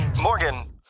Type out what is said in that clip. Morgan